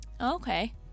Okay